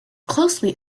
closely